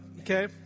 okay